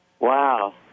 Wow